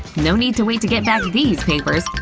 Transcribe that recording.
no need to wait to get back these papers,